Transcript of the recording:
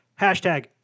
Hashtag